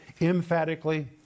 emphatically